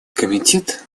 комитет